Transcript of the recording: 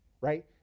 right